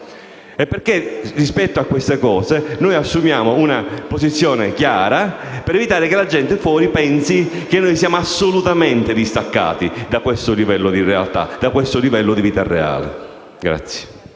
e perché rispetto a questo noi assumiamo una posizione chiara per evitare che la gente fuori pensi che noi siamo assolutamente distaccati da queste realtà e da questo livello di vita reale.